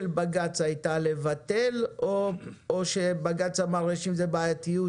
בג"ץ הייתה לבטל או שבג"ץ אמר שיש עם זה בעייתיות